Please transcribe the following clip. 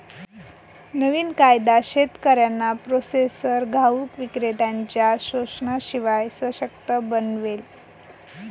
नवीन कायदा शेतकऱ्यांना प्रोसेसर घाऊक विक्रेत्त्यांनच्या शोषणाशिवाय सशक्त बनवेल